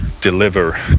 deliver